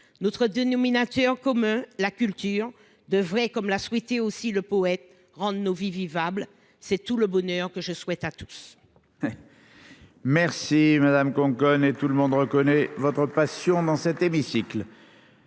notre dénominateur commun, la culture. Devrait, comme l'a souhaité aussi le poète rendent nos vies vivable. C'est tout le bonheur que je souhaite à tous. Merci madame qu'on connaît et tout le monde reconnaît votre passion dans cet hémicycle.